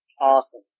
Awesome